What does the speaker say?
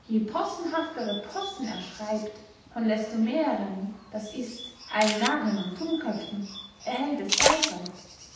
je possenhaftere possen er schreibt von desto mehrern das ist allen narren und tummköpfen erhält es beyfall